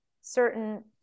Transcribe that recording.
certain